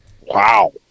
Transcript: Wow